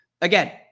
again